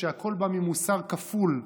כשהכול בא ממוסר כפול,